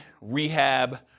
rehab